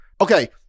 Okay